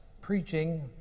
preaching